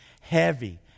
heavy